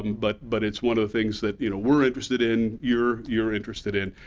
but but it's one of the things that, you know we're interested in, you're you're interested in,